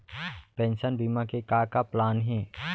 Pension बीमा के का का प्लान हे?